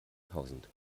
tausend